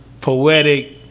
Poetic